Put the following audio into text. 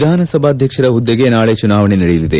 ವಿಧಾನ ಸಭಾಧ್ಯಕ್ಷರ ಹುದ್ದೆಗೆ ನಾಳೆ ಚುನಾವಣೆ ನಡೆಯಲಿದೆ